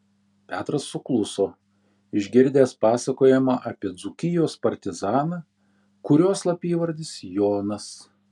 petras sukluso išgirdęs pasakojimą apie dzūkijos partizaną kurio slapyvardis jonas